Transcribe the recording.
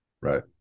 right